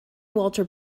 walter